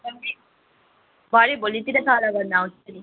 भरे भेलितिर सल्लाह गर्न आउँछु नि